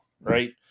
Right